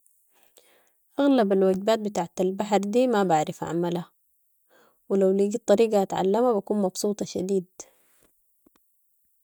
اغلب الوجبات بتاعة البحر دي ما بعرف اعملها و لو لقيت طريقة اتعلمها بكون مبسوطة شديد.